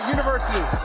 University